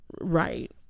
Right